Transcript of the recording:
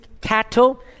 cattle